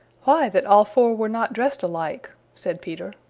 why that all four were not dressed alike, said peter.